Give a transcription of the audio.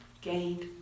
gained